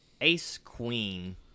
ace-queen